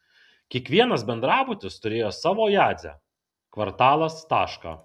kiekvienas bendrabutis turėjo savo jadzę kvartalas tašką